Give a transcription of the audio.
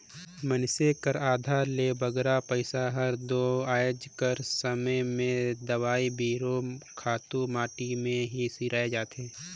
मइनसे कर आधा ले बगरा पइसा हर दो आएज कर समे में दवई बीरो, खातू माटी में ही सिराए जाथे